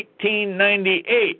1898